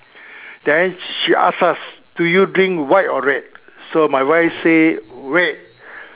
then she ask us do you drink white or red so my wife say red